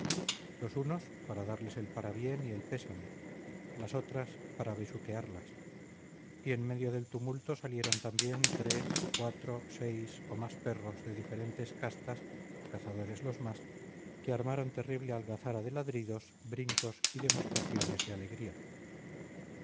los unos para darles el parabién y el pésame las otras para besuquearlas y en medio del tumulto salieron también tres cuatro seis o más perros de diferentes castas cazadores los más que armaron terrible algazara de ladridos brincos y demostraciones de alegría